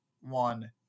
one